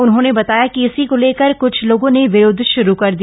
उन्होंने बताया कि इसी को लेकर कुछ लोगों ने विरोध शुरू कर दिया